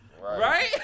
Right